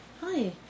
Hi